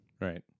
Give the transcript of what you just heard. Right